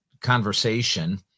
conversation